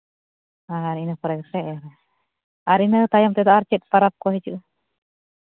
ᱟᱨ ᱤᱱᱟᱹ ᱯᱚᱨᱮ ᱥᱮ ᱟᱨ ᱤᱱᱟᱹ ᱛᱟᱭᱚᱢ ᱛᱮᱫᱚ ᱟᱨ ᱪᱮᱫ ᱯᱚᱨᱚᱵᱽ ᱠᱚ ᱦᱤᱡᱩᱜᱼᱟ